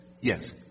Yes